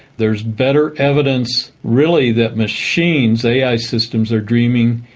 there's better evidence really that machines, ai systems, are dreaming,